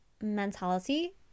mentality